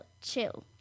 chill